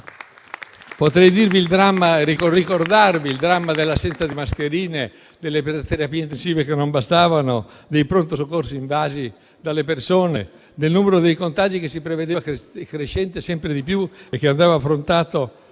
Potrei ricordarvi il dramma dell'assenza di mascherine, delle terapie intensive che non bastavano, dei pronto soccorso invasi dalle persone, del numero dei contagi che si prevedeva crescente sempre di più e che andava affrontato.